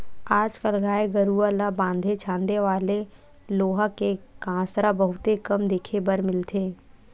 आज कल गाय गरूवा ल बांधे छांदे वाले लोहा के कांसरा बहुते कम देखे बर मिलथे